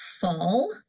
fall